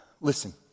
Listen